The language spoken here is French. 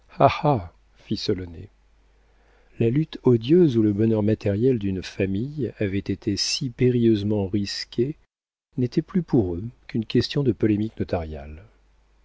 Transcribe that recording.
fit solonet la lutte odieuse où le bonheur matériel d'une famille avait été si périlleusement risqué n'était plus pour eux qu'une question de polémique notariale